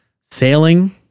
sailing